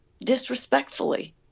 disrespectfully